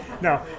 no